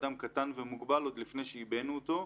אדם קטן ומוגבל עוד לפני שעיבינו אותו.